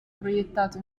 proiettato